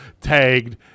tagged